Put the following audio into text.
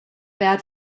bad